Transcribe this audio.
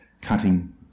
cutting